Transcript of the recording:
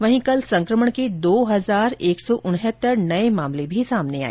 वहीं कल संक्रमण के दो हजार एक सौ उनत्तर नए मामले सामने आए